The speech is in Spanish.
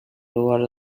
lugar